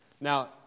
Now